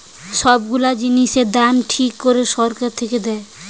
সব গুলা জিনিসের দাম ঠিক করে সরকার থেকে দেয়